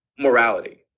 morality